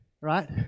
right